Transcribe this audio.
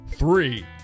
Three